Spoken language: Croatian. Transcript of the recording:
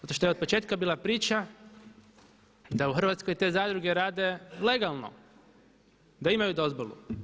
Zato što je od početka bila priča da u Hrvatskoj te zadruge rade legalno, da imaju dozvolu.